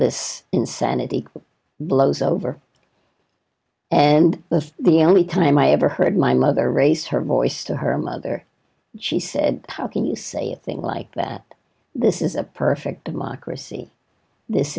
this insanity blows over and the the only time i ever heard my mother raised her voice to her mother she said how can you say a thing like that this is a perfect mark recy this